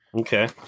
Okay